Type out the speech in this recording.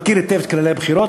ואני מכיר היטב את כללי הבחירות.